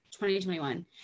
2021